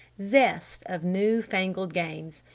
zest of new-fangled games!